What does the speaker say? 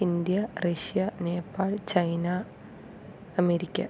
India Russia Nepal China America